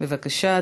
בבקשה,